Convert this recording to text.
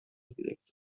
گرفته